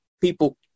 people